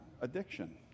addiction